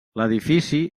l’edifici